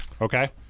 Okay